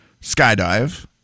skydive